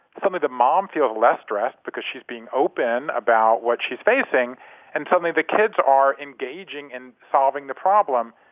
suddenly the mom feels less stressed because she's being open about what she's facing and suddenly the kids are engaging in solving the problem.